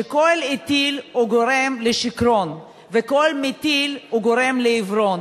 שכל אתיל גורם לשיכרון וכל מתיל גורם לעיוורון.